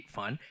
fun